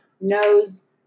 knows